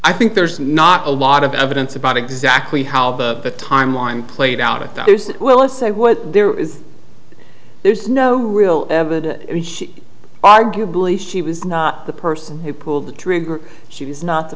i think there's not a lot of evidence about exactly how the timeline played out if there's well let's say what there is there's no real evidence arguably she was not the person who pulled the trigger she was not the